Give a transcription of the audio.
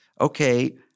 okay